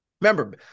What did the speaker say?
Remember